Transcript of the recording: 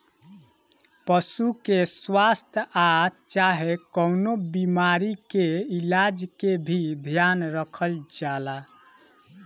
पशु के स्वास्थ आ चाहे कवनो बीमारी के इलाज के भी ध्यान रखल जाला